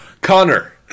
Connor